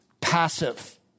passive